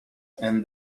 and